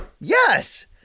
Yes